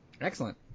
Excellent